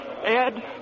Ed